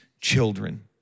children